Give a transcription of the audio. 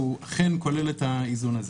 אכן כולל את האיזון שהזכרתי.